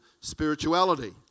spirituality